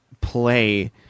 play